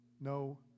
no